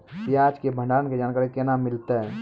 प्याज के भंडारण के जानकारी केना मिलतै?